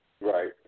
Right